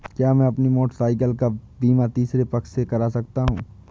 क्या मैं अपनी मोटरसाइकिल का बीमा तीसरे पक्ष से करा सकता हूँ?